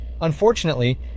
Unfortunately